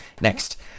Next